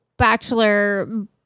Bachelor